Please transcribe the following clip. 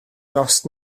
gost